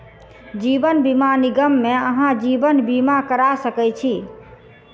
जीवन बीमा निगम मे अहाँ जीवन बीमा करा सकै छी